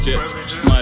jets